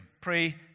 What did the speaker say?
Pray